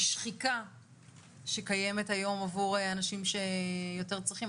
שחיקה שקיימת היום עבור אנשים שיותר צריכים.